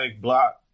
block